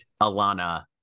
Alana